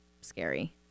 scary